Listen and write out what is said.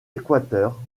équateur